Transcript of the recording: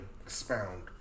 Expound